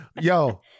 yo